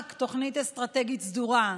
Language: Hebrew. רק תוכנית אסטרטגית סדורה,